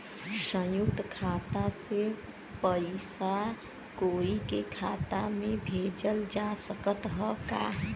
संयुक्त खाता से पयिसा कोई के खाता में भेजल जा सकत ह का?